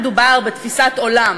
אם היה מדובר בתפיסת עולם.